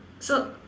so